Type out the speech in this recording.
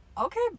okay